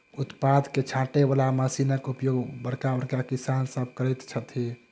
उत्पाद के छाँटय बला मशीनक उपयोग बड़का बड़का किसान सभ करैत छथि